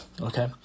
okay